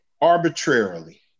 arbitrarily